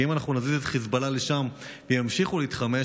כי אם אנחנו נזיז את חיזבאללה לשם והם ימשיכו להתחמש,